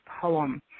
poem